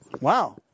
Wow